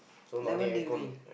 eleven degree